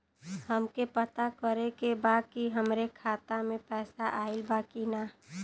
हमके पता करे के बा कि हमरे खाता में पैसा ऑइल बा कि ना?